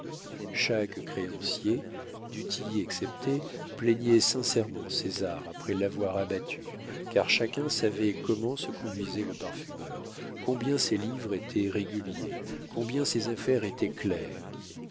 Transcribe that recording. chaque créancier du tillet excepté plaignait sincèrement césar après l'avoir abattu car chacun savait comment se conduisait le parfumeur combien ses livres étaient réguliers combien ses affaires étaient claires